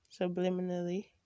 subliminally